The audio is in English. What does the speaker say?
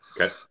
okay